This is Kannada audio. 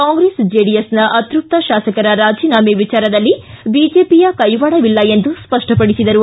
ಕಾಂಗ್ರೆಸ್ ಜೆಡಿಎಸ್ನ ಅತೃಪ್ತ ಶಾಸಕರ ರಾಜನಾಮೆ ವಿಚಾರದಲ್ಲಿ ಬಿಜೆಪಿಯ ಕೈವಾಡವಿಲ್ಲ ಎಂದು ಸ್ವಷ್ಷಪಡಿಸಿದರು